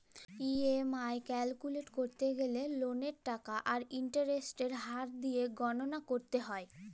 EMI calculate ক্যরতে গ্যালে ললের টাকা আর ইলটারেস্টের হার দিঁয়ে গললা ক্যরতে হ্যয়